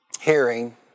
Hearing